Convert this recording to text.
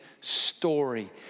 story